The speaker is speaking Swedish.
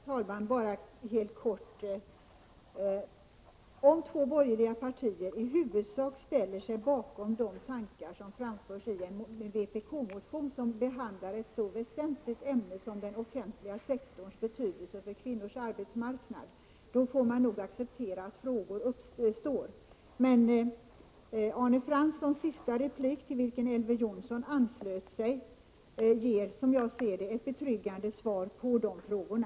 Herr talman! Helt kort: Om två borgerliga partier i huvudsak ställer sig Kvinhörnas villkor bakom de tankar som framförs i en vpk-motion som behandlar ett så å ik 3 SS ;&: påarbetsmarknaväsentligt ämne som den offentliga sektorns betydelse för kvinnornas den mim arbetsmarknad, får man nog acceptera att frågor uppstår. Arne Franssons sista replik i detta sammanhang, till vilken Elver Jonsson anslöt sig, ger dock, som jag ser det, ett betryggande svar på de frågorna.